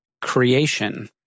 creation